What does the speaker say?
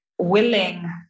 willing